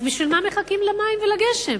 אז בשביל מה מחכים למים ולגשם?